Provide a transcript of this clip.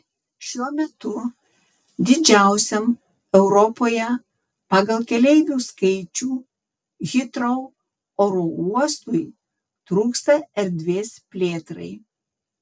šiuo metu didžiausiam europoje pagal keleivių skaičių hitrou oro uostui trūksta erdvės plėtrai